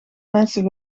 mensen